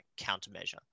countermeasure